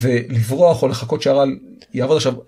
ולברוח או לחכות שערל, יעבוד השבוע.